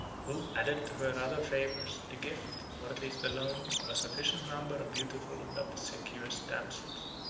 who added to her other favors the gift, or at least the loan, of a sufficient number of beautiful and obsequious damsels.